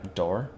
door